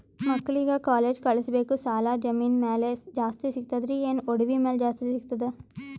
ಮಕ್ಕಳಿಗ ಕಾಲೇಜ್ ಕಳಸಬೇಕು, ಸಾಲ ಜಮೀನ ಮ್ಯಾಲ ಜಾಸ್ತಿ ಸಿಗ್ತದ್ರಿ, ಏನ ಒಡವಿ ಮ್ಯಾಲ ಜಾಸ್ತಿ ಸಿಗತದ?